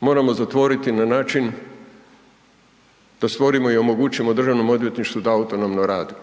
moramo zatvoriti na način da stvorimo i omogućimo državnom odvjetništvu da autonomno radi,